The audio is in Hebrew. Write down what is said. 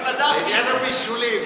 רק לדעת בעניין הבישולים,